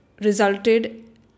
resulted